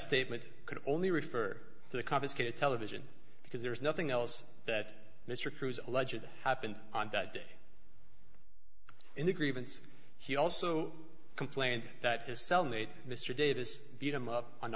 statement could only refer to the confiscated television because there is nothing else that mr cruz allegedly happened on that day in the grievance he also complained that his cellmate mr davis beat him up on